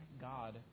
God